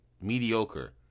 mediocre